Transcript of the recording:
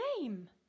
name